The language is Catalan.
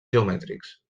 geomètrics